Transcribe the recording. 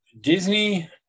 disney